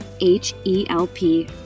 H-E-L-P